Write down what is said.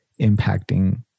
impacting